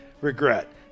regret